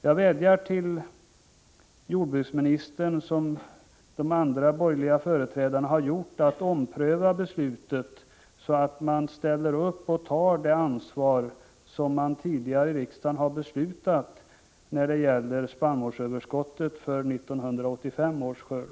Jag vädjar till jordbruksministern, som de andra borgerliga företrädarna i debatten gjort, att ompröva beslutet och ta det ansvar som det tidigare här i riksdagen beslutats om när det gäller spannmålsöverskottet för 1985 års skörd.